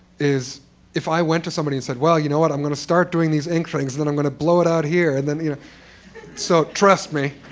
is if i went to somebody and said, well, you know what? i'm going to start doing these ink things, then i'm going to blow it out here, and then you know so trust me,